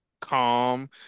Calm